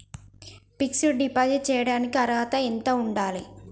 Fix డ్ deposit చేయటానికి అర్హత ఎంత ఉండాలి?